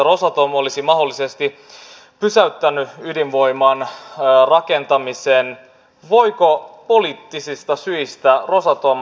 kuntien rooli muuttuu aivan ratkaisevasti mitä ehkä ei vielä tiedostetakaan